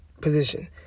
position